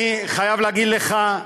אני חייב להגיד לך,